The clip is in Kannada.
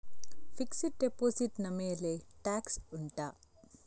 ಫಿಕ್ಸೆಡ್ ಡೆಪೋಸಿಟ್ ನ ಮೇಲೆ ಟ್ಯಾಕ್ಸ್ ಉಂಟಾ